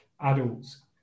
adults